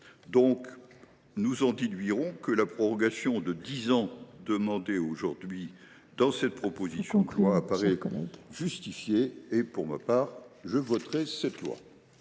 Nous en déduirons que la prorogation de dix ans demandée aujourd’hui par cette proposition de loi apparaît justifiée ; pour ma part, je la voterai.